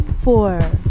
four